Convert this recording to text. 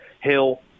Hill